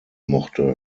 mochte